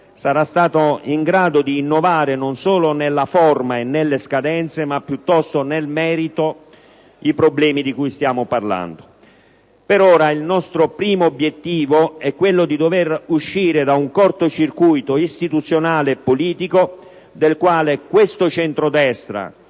sarà stata in grado di innovare, non solo nella forma e nelle scadenze, ma piuttosto nel merito dei problemi di cui stiamo parlando. Per ora il nostro primo obiettivo è quello di dover uscire da un corto circuito istituzionale e politico, del quale questo centrodestra